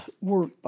work